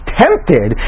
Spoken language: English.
tempted